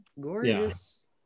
Gorgeous